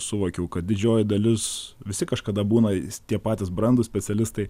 suvokiau kad didžioji dalis visi kažkada būna tie patys brandūs specialistai